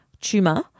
tumor